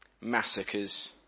massacres